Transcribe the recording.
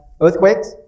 earthquakes